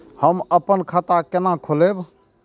हम अपन खाता केना खोलैब?